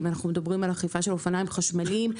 אם אנחנו מדברים על אכיפה של אופניים חשמליים,